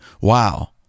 Wow